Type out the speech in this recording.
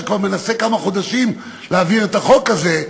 שכבר מנסה כמה חודשים להעביר את החוק הזה.